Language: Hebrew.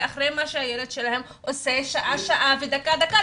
אחרי מה שהילד שלהם עושה שעה שעה ודקה דקה.